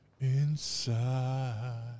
inside